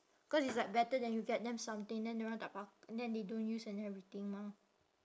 cause it's like better than you get them something then everyone tak pak~ and then they don't use and everything mah